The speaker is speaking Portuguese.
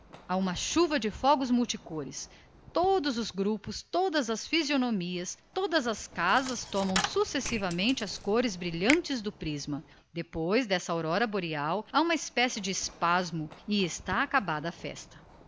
uma chuva de luzes multicores tudo se ilumina fantasticamente todos os grupos todas as fisionomias todas as casas tomam sucessivamente as irradiações do prisma durante esta apoteose o povo se concentra numa contemplação mística terminada a qual está terminada a festa